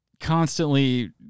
constantly